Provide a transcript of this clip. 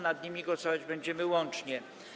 Nad nimi głosować będziemy łącznie.